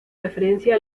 referencia